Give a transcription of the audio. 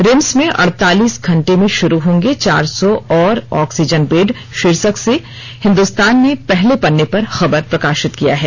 RIMS में अड़तालीस घंटे में शुरू होंगे चार सौ और ऑक्सीजन बेड शीर्षक से हिंदुस्तान ने पहले पन्ने पर खबर प्रकाशित किया है